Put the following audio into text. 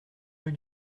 rue